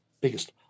biggest